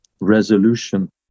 resolution